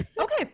Okay